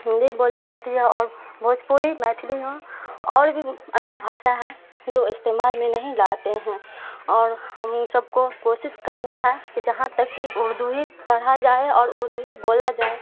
ہندی بولی جاتی ہے اور بھوجپوری میتھلی ہوں اور بھی انیے بھاشا ہے جو استعمال میں نہیں لاتے ہیں اور ہم سب کو کوشش کرنا ہے کہ جہاں تک کہ اردو ہی پڑھا جائے اور اردو ہی بولا جائے